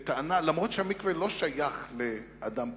אף-על-פי שהמקווה לא שייך לאדם פרטי,